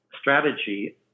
strategy